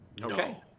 Okay